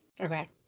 Okay